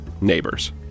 NEIGHBORS